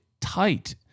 tight